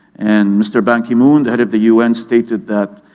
and mr. ban ki-moon, the head of the un, stated that